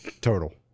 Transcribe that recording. Total